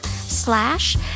slash